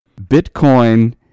Bitcoin